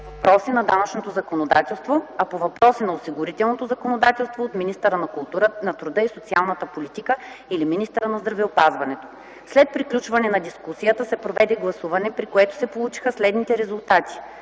по въпроси на данъчното законодателство, а по въпроси на осигурителното законодателство – от министъра на труда и социалната политика или министъра на здравеопазването. След приключване на дискусията се проведе гласуване, при което се получиха следните резултати: